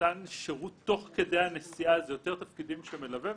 למתן שירות תוך כדי הנסיעה שזה יותר תפקידים של מלווה,